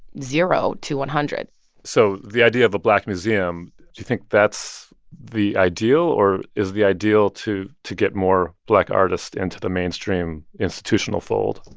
zero to one hundred point so the idea of a black museum do you think that's the ideal? or is the ideal to to get more black artists into the mainstream institutional fold?